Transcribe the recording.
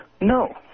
No